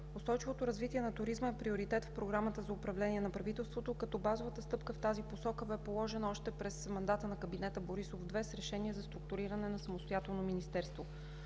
Устойчивото развитие на туризма е приоритет в Програмата за управление на правителството, като базовата стъпка в тази посока бе положена още през мандата на Кабинета Борисов 2 с решение за структуриране на самостоятелно министерство.